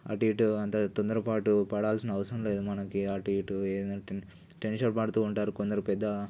అటు ఇటు అంత తొందరపాటు పడాల్సిన అవసరం లేదు మనకి అటు ఇటు ఏందంటే టెన్షన్ పడుతూ ఉంటారు కొందరు పెద్ద